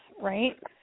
right